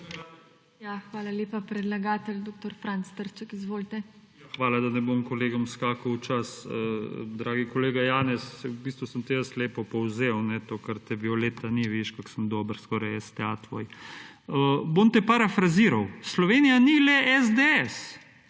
Hvala, da ne bom kolegom skakal v čas. Dragi kolega Janez, v bistvu sem ti jaz lepo povzel, to kar ti Violeta ni, vidiš kako sem dober, skoraj STA je tvoj. Bom te parafraziral. Slovenija ni le SDS.